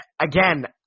Again